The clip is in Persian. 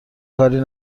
کاری